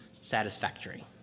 satisfactory